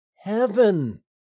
heaven